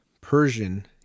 Persian